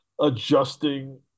adjusting